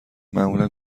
معمولا